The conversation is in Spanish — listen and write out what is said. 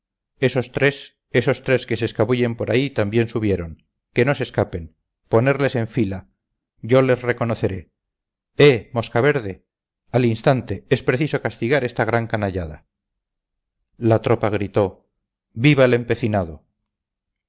esos tres esos tres que se escabullen por ahí también subieron que no se escapen ponerles en fila yo les reconoceré eh moscaverde al instante es preciso castigar esta gran canallada la tropa gritó viva el empecinado